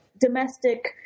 domestic